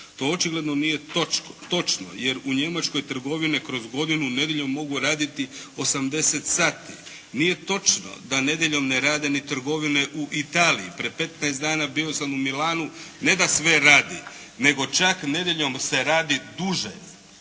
To očigledno nije točno jer u Njemačkoj trgovine kroz godinu nedjeljom mogu raditi 80 sati. Nije točno da nedjeljom ne rade ni trgovine u Italiji. Pred petnaest dana bio sam u Milanu. Ne da sve radi nego čak nedjeljom se radi duže